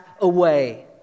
away